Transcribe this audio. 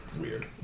weird